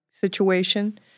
Situation